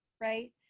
right